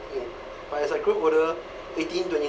okay but as I grew older eighteen twenty